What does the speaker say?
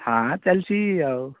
ହାଁ ଚାଲିଛି ଆଉ